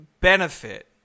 benefit